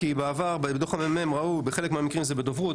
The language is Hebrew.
כי הראו בדוח ה-ממ"מ שבעבר בחלק מהמקרים זה היה בדוברות,